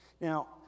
Now